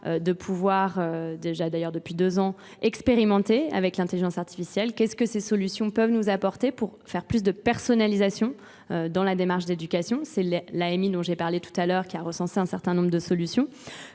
de pouvoir, déjà d'ailleurs depuis deux ans, expérimenter avec l'intelligence artificielle, qu'est-ce que ces solutions peuvent nous apporter pour faire plus de personnalisation dans la démarche d'éducation. C'est l'AMI dont j'ai parlé tout à l'heure qui a recensé un certain nombre de solutions.